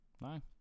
No